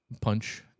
punch